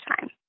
time